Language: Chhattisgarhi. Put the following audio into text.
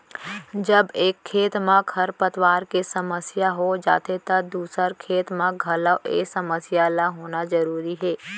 जब एक खेत म खरपतवार के समस्या हो जाथे त दूसर खेत म घलौ ए समस्या ल होना जरूरी हे